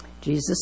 Jesus